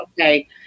okay